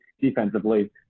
defensively